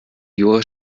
jura